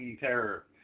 terror